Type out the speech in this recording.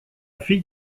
fille